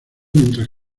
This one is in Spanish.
mientras